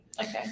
Okay